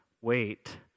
Wait